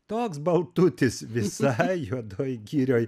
toks baltutis visai juodoj girioj